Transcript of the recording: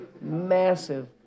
massive